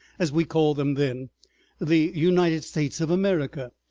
as we called them then the united states of america,